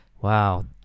Wow